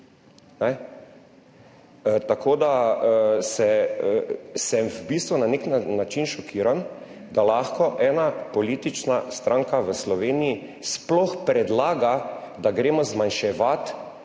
Tako da se sem v bistvu na nek način šokiran, da lahko ena politična stranka v Sloveniji sploh predlaga, da gremo zmanjševati